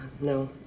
No